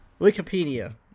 Wikipedia